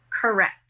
Correct